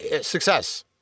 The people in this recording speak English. success